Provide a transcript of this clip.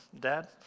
Dad